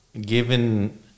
Given